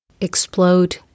explode